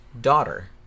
daughter